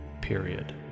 period